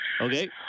Okay